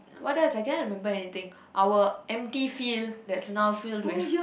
what else I cannot remember anything our empty field that's now filled with